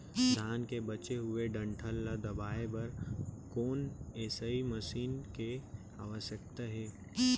धान के बचे हुए डंठल ल दबाये बर कोन एसई मशीन के आवश्यकता हे?